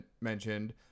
mentioned